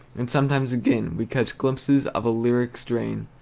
and sometimes again we catch glimpses of a lyric strain,